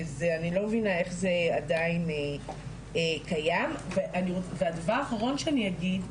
אני לא מבינה איך זה עדיין קיים והדבר האחרון שאני אגיד,